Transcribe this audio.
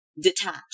detach